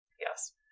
Yes